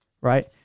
right